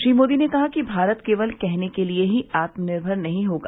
श्री मोदी ने कहा कि भारत केवल कहने के लिए ही आत्मनिर्भर नहीं होगा